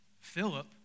Philip